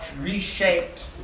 reshaped